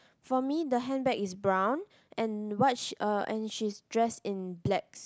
for me the handbag is brown and what she uh and she's dressed in blacks